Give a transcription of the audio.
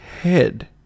head